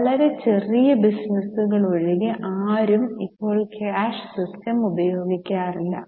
വളരെ ചെറിയ ബിസിനസുകൾ ഒഴികെ ആരും ഇപ്പോൾ ക്യാഷ് സിസ്റ്റം ഉപയോഗിക്കാറില്ല